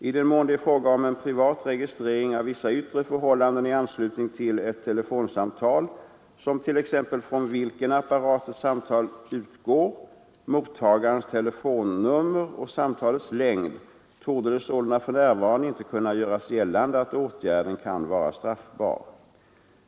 I den mån det är fråga om en privat registrering av vissa yttre förhållanden i anslutning till ett telefonsamtal, t.ex. från vilken apparat ett samtal utgår, mottagarens telefonnummer och samtalets längd, torde det sålunda för närvarande inte kunna göras gällande att åtgärden kan vara straffbar.